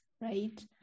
right